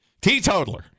Teetotaler